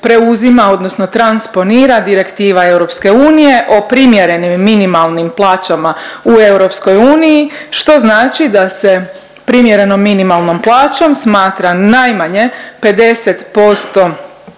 preuzima, odnosno transponira direktiva EU o primjerenim minimalnim plaćama u EU, što znači da se primjerenom minimalnom plaćom smatra najmanje 50%